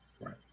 Right